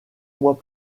mois